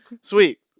Sweet